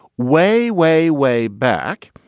way, way. way back.